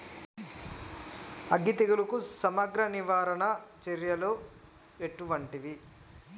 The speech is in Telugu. అగ్గి తెగులుకు సమగ్ర నివారణ చర్యలు ఏంటివి?